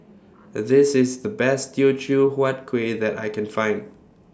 This IS The Best Teochew Huat Kueh that I Can Find